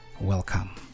Welcome